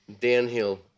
downhill